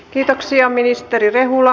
kiitoksia ministeri rehula